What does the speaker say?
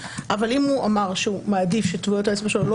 אבל אם הוא אמר שהוא מעדיף שטביעות האצבע שלו לא